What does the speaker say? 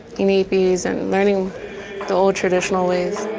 inipis, and learning the old traditional ways.